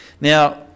Now